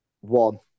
One